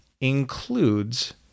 includes